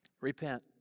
Repent